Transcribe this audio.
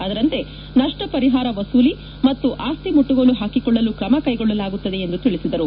ಅದರಂತೆ ನಷ್ಟ ಪರಿಹಾರ ವಸೂಲಿ ಮತ್ತು ಆಸ್ತಿ ಮುಟ್ಟುಗೋಲು ಹಾಕಿಕೊಳ್ಳಲು ಕ್ರಮ ಕೈಗೊಳ್ಳಲಾಗುತ್ತದೆ ಎಂದು ತಿಳಿಸಿದರು